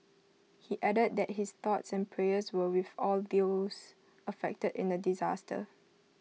he added that his thoughts and prayers were with all those affected in the disaster